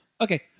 Okay